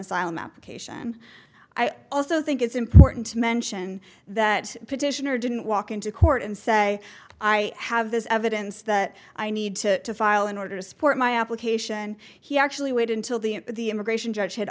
asylum application i also think it's important to mention that petitioner didn't walk into court and say i have this evidence that i need to file in order to support my application he actually waited until the end of the immigration judge had